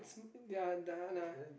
ya nah nah